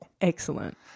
Excellent